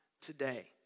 today